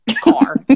car